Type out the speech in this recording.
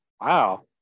Wow